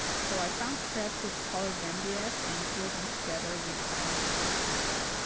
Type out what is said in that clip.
so i found scraps of coloured mdf and glued them together with contact adhesive.